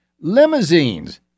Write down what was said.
Limousines